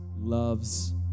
loves